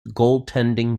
goaltending